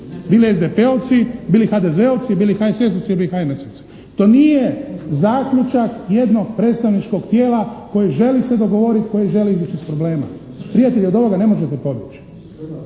Bili SDP-ovci, bili HDZ-ovci, bili HSS-ovci ili HNS-ovci. To nije zaključak jednog predstavničkog tijela koji želi se dogovorit, koji želi izići iz problema. Prijatelji, od ovoga ne možete pobjeći.